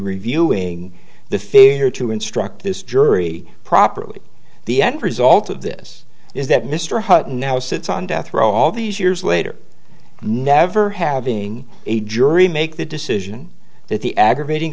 reviewing the fear to instruct this jury properly the end result of this is that mr hutt now sits on death row all these years later never having a jury make the decision that the aggravating